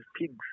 pigs